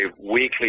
weekly